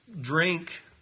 drink